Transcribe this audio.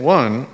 one